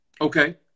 Okay